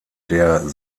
der